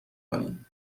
کنی